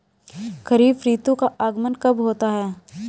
खरीफ ऋतु का आगमन कब होता है?